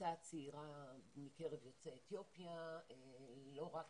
הקבוצה הצעירה מקרב יוצאי אתיופיה לא רק